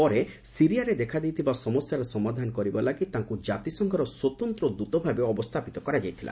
ପରେ ସିରିଆରେ ଦେଖାଦେଇଥିବା ସମସ୍ୟାର ସମାଧାନ କରିବା ଲାଗି ତାଙ୍କୁ ଜାତିସଂଘର ସ୍ୱତନ୍ତ୍ର ଦୃତ ଭାବେ ଅବସ୍ଥାପିତ କରାଯାଇଥିଲା